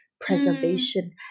preservation